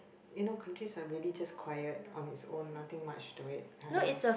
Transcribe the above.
you know countries are really just quite on it's own nothing much it to kind of